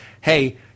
Hey